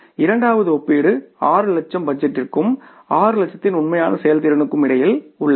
இரண்டாவது ஒப்பீடு 6 லட்சம் பட்ஜெட்டிற்கும் 6 லட்சத்தின் உண்மையான செயல்திறனுக்கும் இடையில் உள்ளது